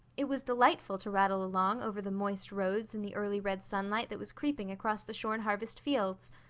it was delightful to rattle along over the moist roads in the early red sunlight that was creeping across the shorn harvest fields.